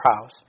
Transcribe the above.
house